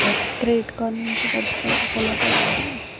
Credit card నుంచి డబ్బు బయటకు ఎలా తెయ్యలి?